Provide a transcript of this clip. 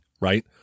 Right